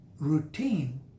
routine